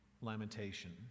lamentation